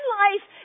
life